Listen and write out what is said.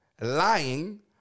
lying